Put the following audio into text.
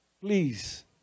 Please